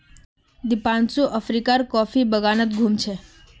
दीपांशु अफ्रीकार कॉफी बागानत घूम छ